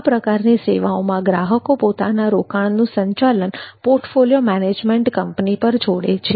આ પ્રકારની સેવાઓમાં ગ્રાહકો પોતાના રોકાણનુ સંચાલન પોર્ટફોલિયો મેનેજમેન્ટ કંપની પર છોડે છે